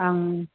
आं